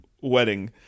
wedding